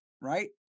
right